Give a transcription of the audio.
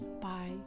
Bye